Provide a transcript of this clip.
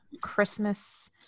Christmas